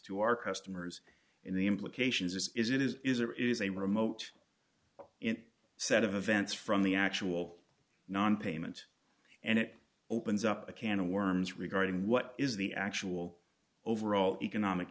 to our customers in the implications as it is is there is a remote in set of events from the actual nonpayment and it opens up a can of worms regarding what is the actual overall economic